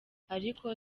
ariko